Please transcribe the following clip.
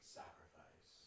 sacrifice